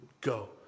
go